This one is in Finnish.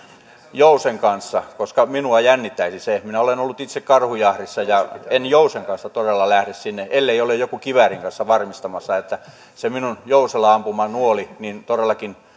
jousen kanssa koska minua jännittäisi se minä olen ollut itse karhujahdissa ja en jousen kanssa todella lähde sinne ellei ole joku kiväärin kanssa varmistamassa että se minun jousella ampumani nuoli todellakin